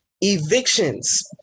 Evictions